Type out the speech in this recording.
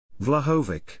Vlahovic